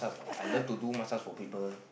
I love to do massage for people